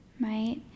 right